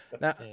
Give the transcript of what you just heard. Now